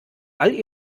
all